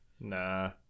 Nah